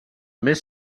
mes